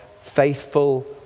faithful